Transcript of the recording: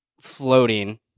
floating